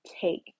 take